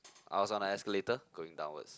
I was on the escalator going downwards